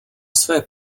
své